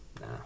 nah